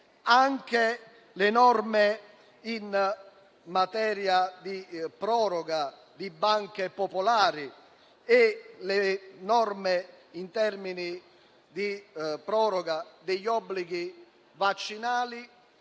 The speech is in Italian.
Anche le norme in materia di proroga di banche popolari e le norme in materia di proroga degli obblighi vaccinali